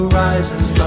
rises